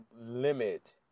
limit